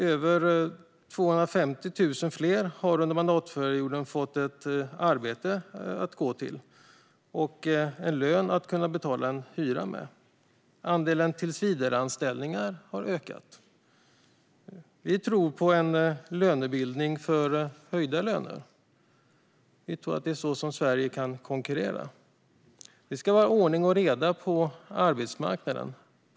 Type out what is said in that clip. Över 250 000 fler människor har under mandatperioden fått ett arbete att gå till och en lön att kunna betala hyran med. Andelen tillsvidareanställningar har ökat. Vi tror på en lönebildning för höjda löner. Vi tror att det är så Sverige kan konkurrera. Det ska också vara ordning och reda på arbetsmarknaden.